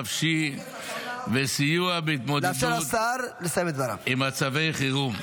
טיפול נפשי וסיוע בהתמודדות עם מצבי חירום.